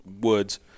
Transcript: woods